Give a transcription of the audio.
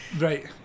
Right